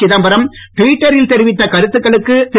சிதம்பரம் ட்விட்டரில் தெரிவித்த கருத்துக்களுக்கு திரு